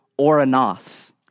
oranos